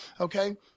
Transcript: okay